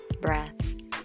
breaths